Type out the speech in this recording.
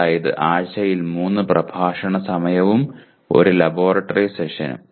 അതായത് ആഴ്ചയിൽ 3 പ്രഭാഷണ സമയവും 1 ലബോറട്ടറി സെഷനും